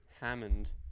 Hammond